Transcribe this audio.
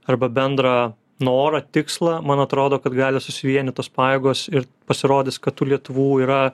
arba bendrą norą tikslą man atrodo kad gali susivienyt tos pajėgos ir pasirodys kad tų lietuvų yra